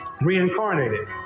reincarnated